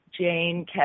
Jane